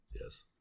Yes